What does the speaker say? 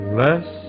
less